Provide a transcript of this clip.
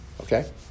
okay